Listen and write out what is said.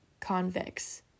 convicts